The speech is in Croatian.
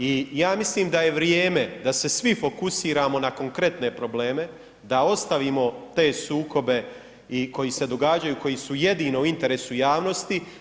I ja mislim da je vrijeme da se svi fokusiramo na konkretne probleme, da ostavimo te sukobe i koji se događaju i koji su jedino u interesu javnosti.